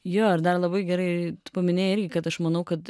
jo ir dar labai gerai tu paminėjai irgi kad aš manau kad